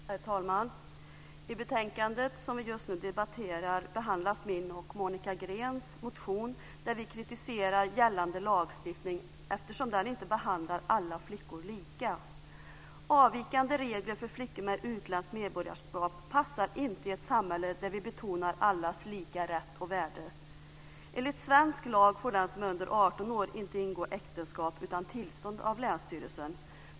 Herr talman! I det betänkande som vi just nu debatterar behandlas min och Monica Greens motion där vi kritiserar gällande lagstiftning, eftersom den inte behandlar alla flickor lika. Avvikande regler för flickor med utländskt medborgarskap passar inte i ett samhälle där vi betonar allas lika rätt och värde. Enligt svensk lag får den som är under 18 år inte ingå äktenskap utan tillstånd av länsstyrelsen.